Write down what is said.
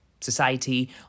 Society